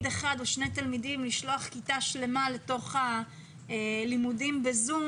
אחד או שני תלמידים לשלוח כיתה שלמה לתוך הלימודים ב-זום,